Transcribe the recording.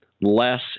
less